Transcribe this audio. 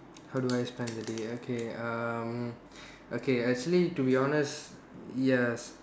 how do I spend the day okay um okay actually to be honest yes